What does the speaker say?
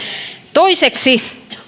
toiseksi